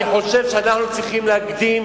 אני חושב שאנחנו צריכים להקדים.